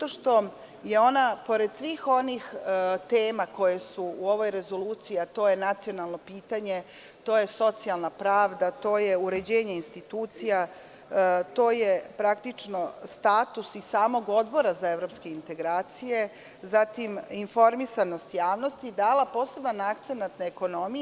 Ona je pored svih onih tema koje su u ovoj rezoluciji, a to je nacionalno pitanje, to je socijalna pravda, to je uređenje institucija, to je status i samog Odbora za evropske integracije, informisanost javnosti, dala poseban akcenat na ekonomiji.